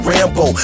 Rambo